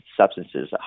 substances